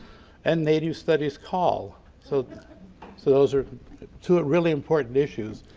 and native studies call so so those are two really important issues.